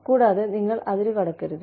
കൂടാതെ നിങ്ങൾ അതിരുകടക്കരുത്